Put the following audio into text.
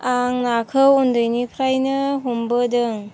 आं नाखौ उन्दैनिफ्रायनो हमबोदों